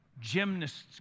gymnasts